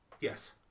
yes